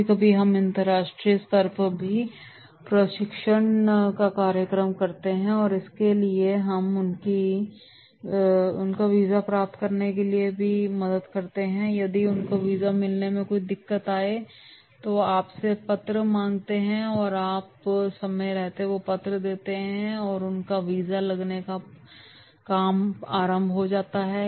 कभी कभी हम अंतरराष्ट्रीय स्तर पर भी प्रशिक्षण का कार्यक्रम करते हैं और इसके लिए हम उनकी वीजा प्राप्त करने में मदद करते हैं और यदि उनको वीजा मिलने में कोई दिक्कत आए तो वह आपसे पत्र मांगते हैं आप समय रहते वो पत्र देते है तब उनका वीजा लगने का काम आरंभ होता है